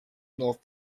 north